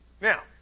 Now